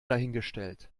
dahingestellt